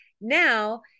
Now